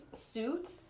suits